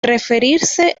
referirse